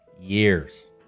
Years